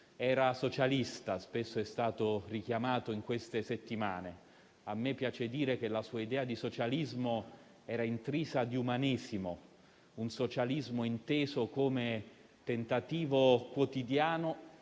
Era socialista, come spesso è stato richiamato in queste settimane. A me piace dire che la sua idea di socialismo era intrisa di umanesimo: un socialismo inteso come tentativo quotidiano